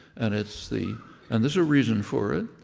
and it's the and there's a reason for it.